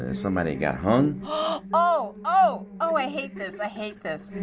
and somebody got hung? ah oh. oh. oh, i hate this. i hate this.